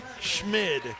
Schmid